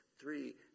three